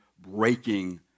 breaking